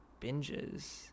binges